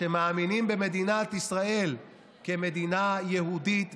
שמאמינים במדינת ישראל כמדינה יהודית ודמוקרטית,